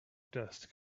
dust